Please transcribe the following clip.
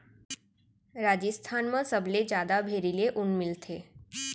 राजिस्थान म सबले जादा भेड़ी ले ऊन मिलथे